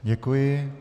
Děkuji.